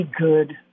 good